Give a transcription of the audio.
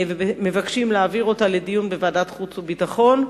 מבקשים להעביר אותה לדיון בוועדת חוץ וביטחון,